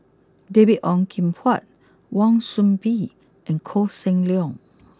David Ong Kim Huat Wan Soon Bee and Koh Seng Leong